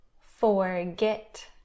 Forget